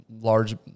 Large